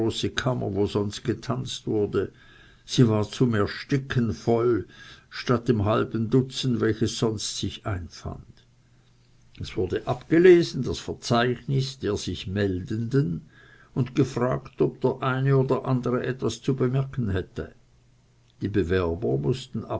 kammer wo sonst getanzt wurde sie war zum ersticken voll statt dem halben dutzend welches sonst sich einfand es wurde abgelesen das verzeichnis der sich meldenden und gefragt ob der eine oder andere etwas zu bemerken hätte die bewerber mußten